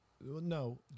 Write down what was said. no